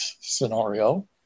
scenario